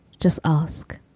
just ask